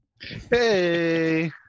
hey